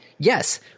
Yes